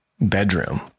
bedroom